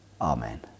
amen